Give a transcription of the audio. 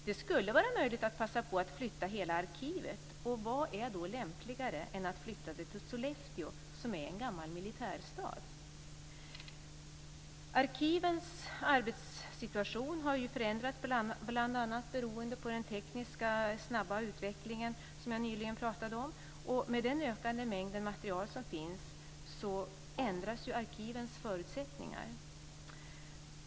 Det skulle vara möjligt att passa på att flytta hela arkivet. Och vad är då lämpligare än att flytta det till Sollefteå, som är en gammal militärstad? Arkivens arbetssituation har ju förändrats bl.a. beroende på den snabba tekniska utvecklingen som jag nyligen talade om, och med den ökade mängd material som finns ändras ju arkivens förutsättningar.